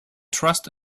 trust